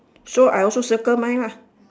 so I also circle mine lah